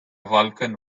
vulcan